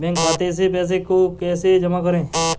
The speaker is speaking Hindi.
बैंक खाते से पैसे को कैसे जमा करें?